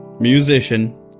musician